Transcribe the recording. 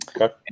okay